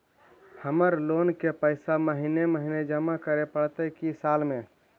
हमर लोन के पैसा महिने महिने जमा करे पड़तै कि साल में?